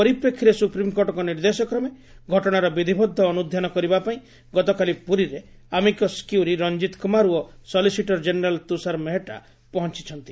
ସ୍ବପ୍ରିମକୋର୍ଟଙ୍କ ନିର୍ଦ୍ଦେଶକ୍ରମେ ଘଟଣାର ବିଧିବଦ୍ଧ ଅନୁଧ୍ଧ୍ୟାନ କରିବା ପାଇଁ ଗତକାଲି ପୁରୀରେ ଆମିକସ୍ କ୍ୟୁରି ରଂକିତ କୁମାର ଓ ସଲିସିଟର ଜେନେରାଲ୍ ତୁଷାର ମେହେଟା ପହଞ୍ଚଛନ୍ତି